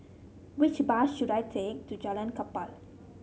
which bus should I take to Jalan Kapal